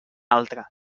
altra